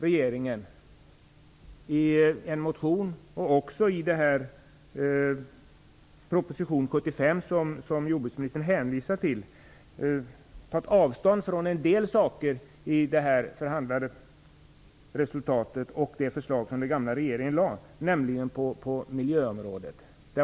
Regeringspartiet har i en motion och också i proposition 75, som jordbruksministern hänvisar till, tagit avstånd från en del inslag i det framförhandlade resultatet och i de förslag som den gamla regeirngen lade fram, nämligen på miljöområdet.